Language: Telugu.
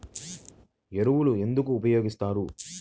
ఎరువులను ఎందుకు ఉపయోగిస్తారు?